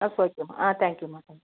that's ஓகேம்மா ஆ தேங்க்யூம்மா தேங்க்யூ